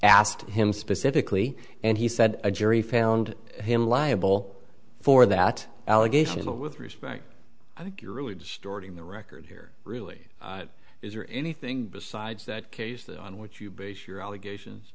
asked him specifically and he said a jury found him liable for that allegation but with respect i think you're really distorting the record here really is there anything besides that case that on which you base your allegations